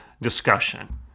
discussion